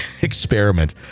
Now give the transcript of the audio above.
experiment